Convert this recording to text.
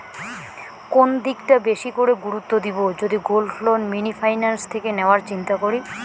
কোন দিকটা বেশি করে গুরুত্ব দেব যদি গোল্ড লোন মিনি ফাইন্যান্স থেকে নেওয়ার চিন্তা করি?